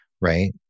right